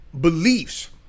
beliefs